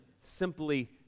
simply